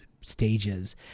stages